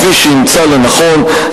כפי שימצא לנכון,